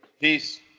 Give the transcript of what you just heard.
Peace